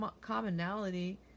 commonality